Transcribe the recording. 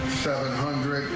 seven hundred.